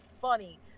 funny